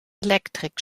elektrik